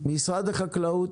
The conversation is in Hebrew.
משרד של 50 מיליארד שקלים